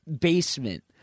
basement